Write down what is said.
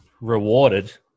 rewarded